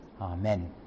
Amen